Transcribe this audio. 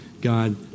God